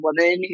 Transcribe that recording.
woman